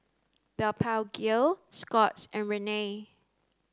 Blephagel Scott's and Rene